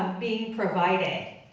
ah being provided.